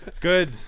Good